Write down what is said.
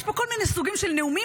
יש פה כל מיני סוגים של נאומים,